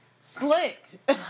slick